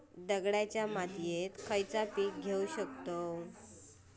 दगडी मातीत खयला पीक घेव शकताव?